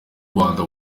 rwanda